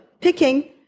picking